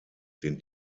den